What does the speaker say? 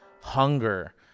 hunger